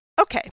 Okay